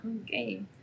Okay